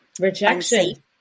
rejection